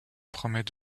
promets